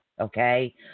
Okay